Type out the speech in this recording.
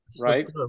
right